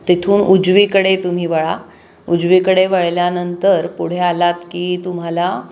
तेथून उजवीकडे तुम्ही वळा उजवीकडे वळल्यानंतर पुढे आलात की तुम्हाला